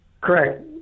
Correct